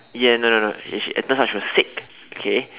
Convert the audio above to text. ya no no no and she and turned out she was sick okay